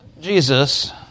Jesus